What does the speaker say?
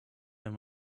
and